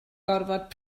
gorfod